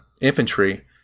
infantry